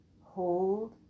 Hold